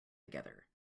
together